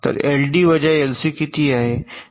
तर एलडी वजा एलसी किती आहे